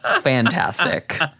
fantastic